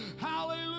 Hallelujah